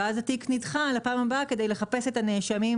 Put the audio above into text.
ואז התיק נדחה לפעם הבאה כדי לחפש את הנאשמים;